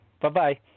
Bye-bye